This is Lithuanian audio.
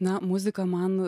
na muzika man